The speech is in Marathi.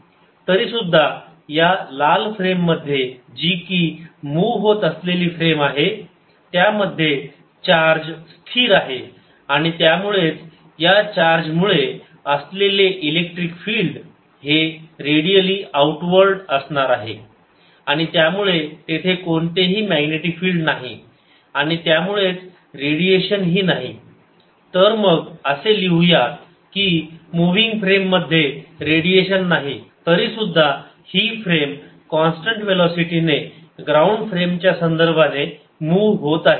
तरीसुद्धा या लाल फ्रेममध्ये जी की मूव्ह होत असलेली फ्रेम आहे त्यामध्ये चार्ज स्थिर आहे आणि त्यामुळेच या चार्ज मुळे असलेले इलेक्ट्रिक फील्ड हे रेडिअली आऊट वर्ल्ड असणार आहे आणि त्यामुळे तेथे कोणतेही मॅग्नेटिक फिल्ड नाही आणि त्यामुळे रेडिएशन ही नाही तर मग असे लिहू या की मूव्हिंग फ्रेम मध्ये रेडिएशन नाही तरीसुद्धा ही फ्रेम कॉन्स्टंट वेलोसिटीने ग्राउंड फ्रेम च्या संदर्भाने मूव्ह होत आहे